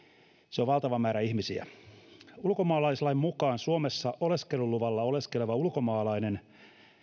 se on valtava määrä ihmisiä ulkomaalaislain mukaan suomessa oleskeluluvalla oleskeleva ulkomaalainen